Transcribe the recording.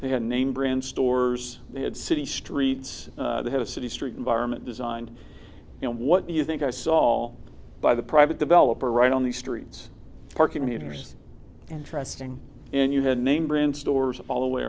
they had a name brand stores they had city streets they have city street environment designed you know what you think i saw by the private developer right on the streets parking meters interesting and you had name brand stores all the way